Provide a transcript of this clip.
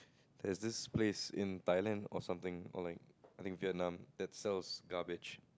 there's this place in Thailand or something or like I think Vietnam that sell garbage